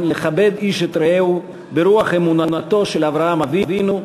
לכבד איש את רעהו ברוח אמונתו של אברהם אבינו,